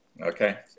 Okay